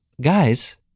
guys